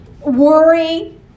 worry